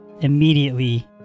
immediately